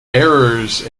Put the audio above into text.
errors